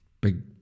big